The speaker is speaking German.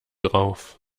drauf